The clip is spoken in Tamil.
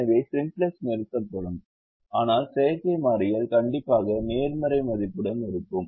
எனவே சிம்ப்ளக்ஸ் நிறுத்தப்படும் ஆனால் செயற்கை மாறி கண்டிப்பாக நேர்மறை மதிப்புடன் இருக்கும்